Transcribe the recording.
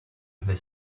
other